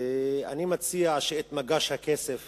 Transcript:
ואני מציע שאת מגש הכסף